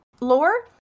lore